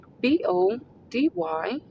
B-O-D-Y